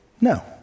No